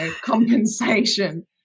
compensation